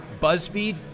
Buzzfeed